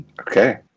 okay